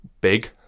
big